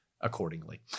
Accordingly